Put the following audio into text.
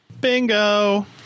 Bingo